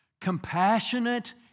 Compassionate